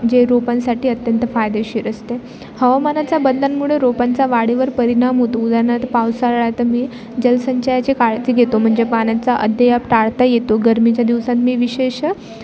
जे रोपांसाठी अत्यंत फायदेशीर असते हवामानाचा बंधनामुळे रोपांचा वाढीवर परिणाम होतो उदारणार्थ पावसाळ्यात मी जलसंचयाची काळजी घेतो म्हणजे पाण्याचा अतियाप टाळता येतो गरमीच्या दिवसांत मी विशेष